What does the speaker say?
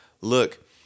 look